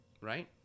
right